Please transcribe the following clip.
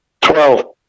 Twelve